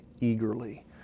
eagerly